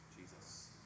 Jesus